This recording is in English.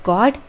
God